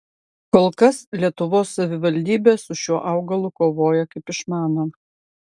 kol kas lietuvos savivaldybės su šiuo augalu kovoja kaip išmano